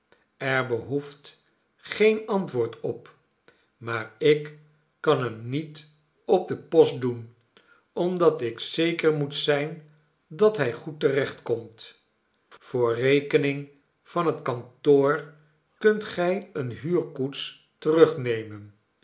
er behoeft geen antwoord op maar ik kan hem niet op de post doen omdat ik zeker moet zijn dat hij goed te recht komt voor rekening van het kantoor kunt gij eene huurkoets